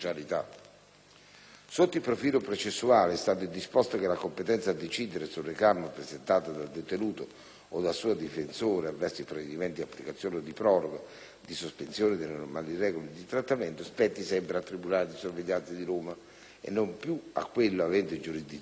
Sotto il profilo processuale, è stato disposto che la competenza a decidere sul reclamo presentato dal detenuto o dal suo difensore avverso il provvedimento di applicazione o di proroga di sospensione delle normali regole di trattamento, spetti sempre al tribunale di sorveglianza di Roma e non più a quello avente giurisdizione sull'istituto